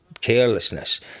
carelessness